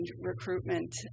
recruitment